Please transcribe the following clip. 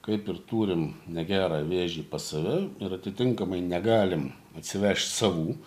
kaip ir turim negerą vėžį pas save ir atitinkamai negalim atsivežt savų